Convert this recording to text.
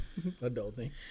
adulting